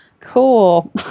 Cool